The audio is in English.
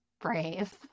brave